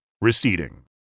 receding